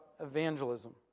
evangelism